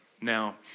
Now